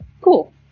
cool